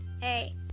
hey